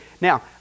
Now